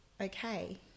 okay